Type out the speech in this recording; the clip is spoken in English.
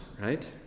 right